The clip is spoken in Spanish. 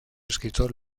escritor